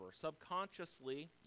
subconsciously